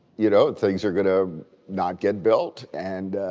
you know things are going to not get built. and